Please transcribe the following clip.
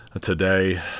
today